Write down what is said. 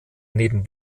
neben